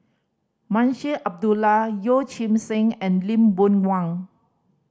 Munshi Abdullah Yeoh Ghim Seng and Lee Boon Wang